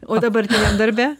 o dabartiniam darbe